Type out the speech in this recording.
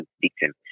victim